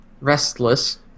restless